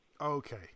okay